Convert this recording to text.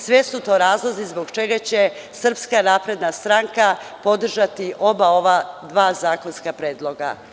Sve su to razlozi zbog čega će Srpska napredna stranka podržati ova dva zakonska predloga.